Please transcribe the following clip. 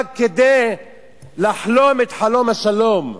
רק כדי לחלום את חלום השלום?